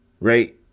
right